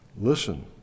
Listen